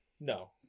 no